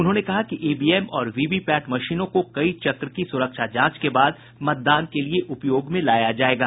उन्होंने कहा कि ईवीएम और वीवीपैट मशीनों को कई चक्र की सुरक्षा जांच के बाद मतदान के लिये उपयोग में लाया जायेगा